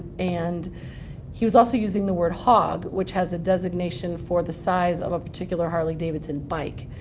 and he was also using the word hog, which has a designation for the size of a particular harley-davidson bike.